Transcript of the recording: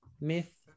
Myth